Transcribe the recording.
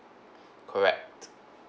correct